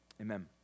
Amen